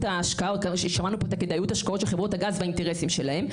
ההשקעות של חברות הגז והאינטרסים שלהם,